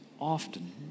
often